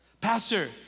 Pastor